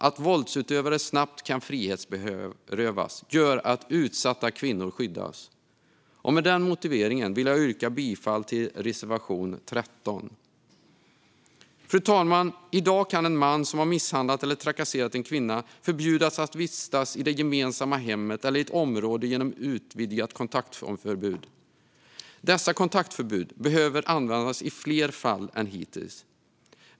Att våldsutövare snabbt kan frihetsberövas gör att utsatta kvinnor skyddas. Med den motiveringen vill jag yrka bifall till reservation 13. Fru talman! I dag kan en man som har misshandlat eller trakasserat en kvinna förbjudas att vistas i det gemensamma hemmet eller i ett område genom utvidgat kontaktförbud. Kontaktförbud behöver användas i fler fall än hittills.